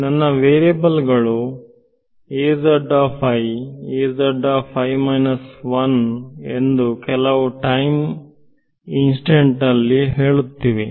ನನ್ನ ವೇರಿಯಬಲ್ ಗಳು ಎಂದು ಕೆಲವು ಟೈಮ್ ಇನ್ಸ್ಟೆಂಟ್ ನಲ್ಲಿ ಹೇಳುತ್ತಿವೆ